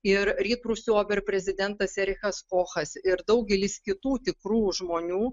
ir rytprūsių ober prezidentas erikas kochas ir daugelis kitų tikrų žmonių